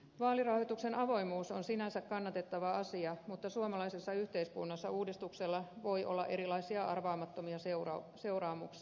vaalirahoituksen avoimuus on sinänsä kannatettava asia mutta suomalaisessa yhteiskunnassa uudistuksella voi olla erilaisia arvaamattomia seuraamuksia